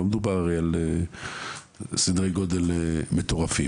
לא מדובר על סדרי גודל מטורפים.